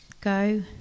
Go